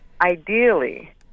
ideally